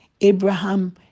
Abraham